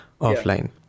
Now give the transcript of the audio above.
offline